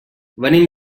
venim